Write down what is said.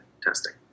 testing